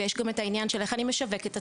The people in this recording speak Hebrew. ויש כאן את העניין של איך אני משווק את עצמי,